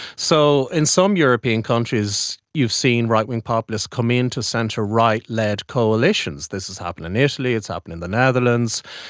so in some european countries you've seen right-wing populists come into centre right led coalitions. this has happened in italy, it's happened in the netherlands,